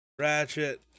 Ratchet